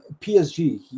psg